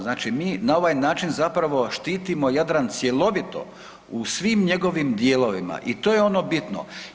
Znači mi na ovaj način zapravo štitimo Jadran cjelovito u svim njegovim dijelovima i to je ono bitno.